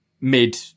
mid